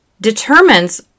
determines